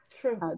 True